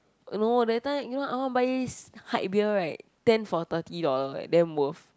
no that time you know I want buy this hike beer right ten for thirty dollar eh damn worth